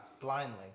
blindly